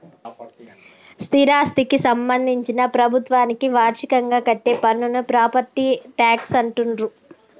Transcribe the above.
స్థిరాస్థికి సంబంధించి ప్రభుత్వానికి వార్షికంగా కట్టే పన్నును ప్రాపర్టీ ట్యాక్స్ అంటుండ్రు